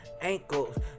ankles